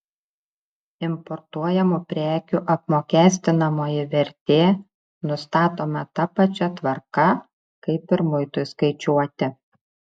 importuojamų prekių apmokestinamoji vertė nustatoma ta pačia tvarka kaip ir muitui skaičiuoti